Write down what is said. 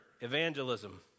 evangelism